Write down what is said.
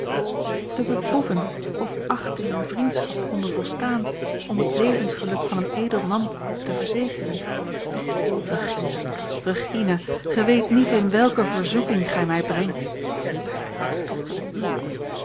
te beproeven of achting en vriendschap konden volstaan om het levensgeluk van een edel man te verzekeren regina regina gij weet niet in welke verzoeking gij mij brengt riep hij